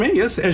yes